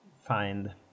find